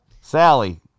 Sally